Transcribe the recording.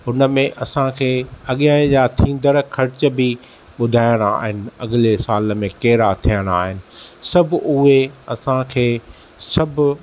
हुन में असां खे अॻियां जा थींदड़ ख़र्च बि ॿुधाइणा आहिनि अॻिले साल में कहिड़ा थियणा आहिनि सभु उहे असां खे सभु